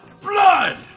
blood